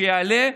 שיעלה,